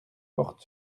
porte